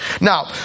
now